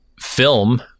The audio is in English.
film